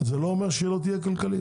זה לא אומר שהיא לא תהיה כלכלית.